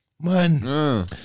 Man